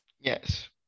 Yes